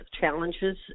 challenges